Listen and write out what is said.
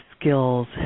skills